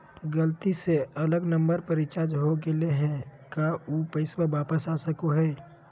गलती से अलग नंबर पर रिचार्ज हो गेलै है का ऊ पैसा वापस आ सको है?